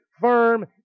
firm